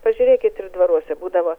pažiūrėkit ir dvaruose būdavo